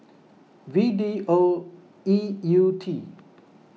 V D O E U T